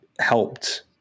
helped